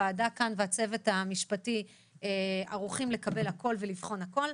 הוועדה והצוות המשפטי כאן ערוכים לקבל הכל ולבחון הכל.